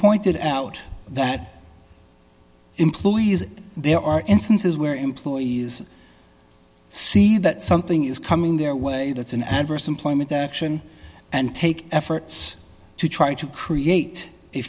pointed out that employees there are instances where employees see that something is coming their way that's an adverse employment action and take efforts to try to create